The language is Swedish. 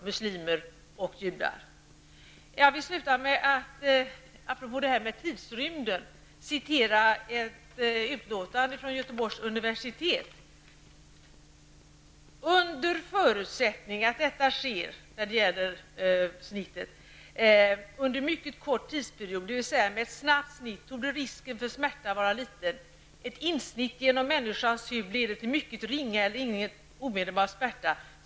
Apropå vad som har sagts om tidsrymden vill jag citera ett utlåtande från Göteborgs universitet: ''sker under mycket kort tidsperiod, dvs. med ett snabbt snitt torde risken för smärta vara liten. Ett insnitt genom människans hud leder till mycket ringa eller ingen omedelbar smärta.